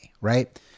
right